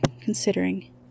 considering